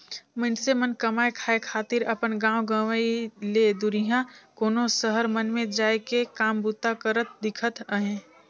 मइनसे मन कमाए खाए खातिर अपन गाँव गंवई ले दुरिहां कोनो सहर मन में जाए के काम बूता करत दिखत अहें